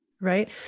right